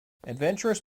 adventurous